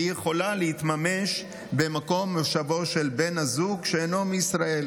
והיא יכולה להתממש במקום מושבו של בן הזוג שאינו מישראל.